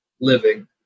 living